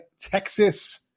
Texas